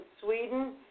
Sweden